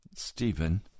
stephen